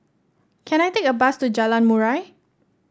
can I take a bus to Jalan Murai